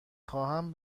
خواهم